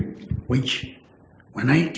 which when i